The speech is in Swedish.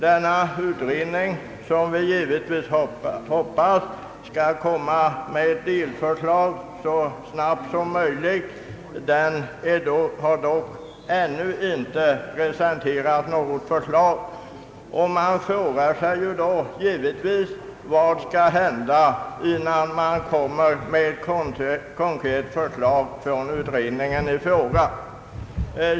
Denna utredning har ännu inte presenterat något förslag, men jag hoppas att den skall komma med ett delbetänkande så snabbt som möjligt. Givetvis frågar man sig vad som skall hända innan utredningen hinner komma med ett konkret förslag.